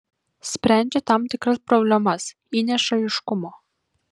sprendžia tam tikras problemas įneša aiškumo